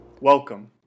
Welcome